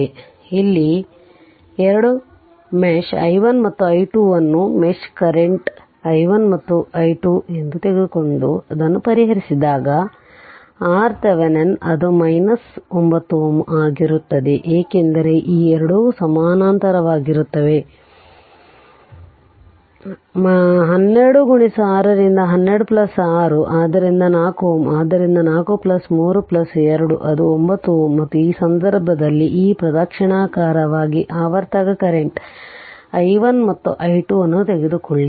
ಆದ್ದರಿಂದ ಇಲ್ಲಿ 2 mesh i1 ಮತ್ತು i2 ಅನ್ನು ಆ ಮೆಶ್ ಕರೆಂಟ್ i1 ಮತ್ತು i2 ತೆಗೆದುಕೊಂಡು ಇದನ್ನು ಪರಿಹರಿಸಿದಾಗ ಈ RThevenin ಅದು 9 Ω ಆಗಿರುತ್ತದೆ ಏಕೆಂದರೆ ಈ ಎರಡು ಸಮಾನಾಂತರವಾಗಿರುತ್ತವೆ 12 6 ರಿಂದ 12 6 ಆದ್ದರಿಂದ 4 Ω ಆದ್ದರಿಂದ 4 3 2 ಅದು 9 Ω ಮತ್ತು ಈ ಸಂದರ್ಭದಲ್ಲಿ ಈ ಪ್ರದಕ್ಷಿಣಾಕಾರವಾಗಿ ಆವರ್ತಕ ಕರೆಂಟ್ i1 ಮತ್ತು i2 ಅನ್ನು ತೆಗೆದುಕೊಳ್ಳಿ